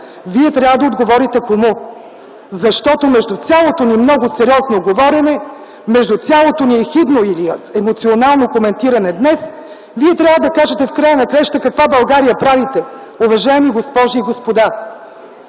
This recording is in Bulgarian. вие трябва да отговорите кому. Защото между цялото ни много сериозно говорене, между цялото ни ехидно или емоционално коментиране днес вие в края на краищата трябва да кажете каква България правите, уважаеми госпожи и господа!